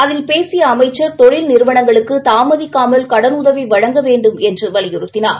அதில் பேசிய அமைச்சர் தொழில் நிறுவனங்களுக்கு தாமதிக்காமல் கடன் உதவி வழங்க வேண்டும் என்று வலியுறுத்தினார்